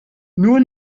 nur